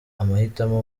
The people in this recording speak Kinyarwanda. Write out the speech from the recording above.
amahitamo